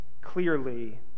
clearly